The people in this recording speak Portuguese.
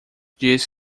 diz